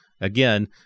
Again